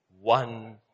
one